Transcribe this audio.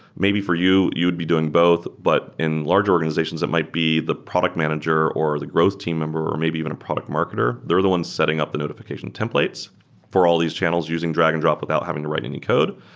maybe for you, you'd be doing both, but in large organizations it might be the product manager or the growth team member or maybe even a product marketer. they're the ones setting up the notification templates for all these channels using drag-and-drop about having to write a new code.